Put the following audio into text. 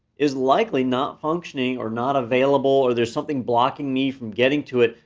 is likely not functioning or not available or there's something blocking me from getting to it.